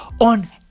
on